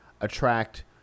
attract